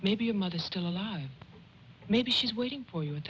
maybe a mother still alive maybe she's waiting for you